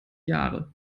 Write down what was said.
jahre